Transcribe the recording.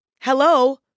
hello